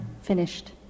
Finished